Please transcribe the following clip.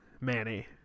manny